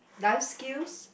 life skills